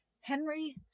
Henry